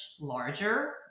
larger